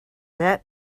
that